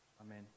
amen